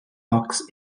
locks